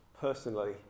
personally